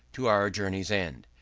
to our journey's end.